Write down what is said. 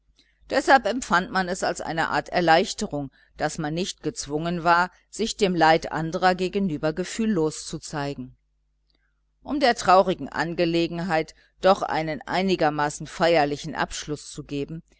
deshalb empfand man es als eine art erleichterung daß man nicht gezwungen war sich dem leid andrer gegenüber gefühllos zu zeigen um der traurigen angelegenheit doch einen einigermaßen feierlichen abschluß zu geben